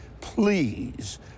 please